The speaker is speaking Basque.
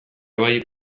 bai